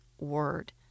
word